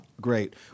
Great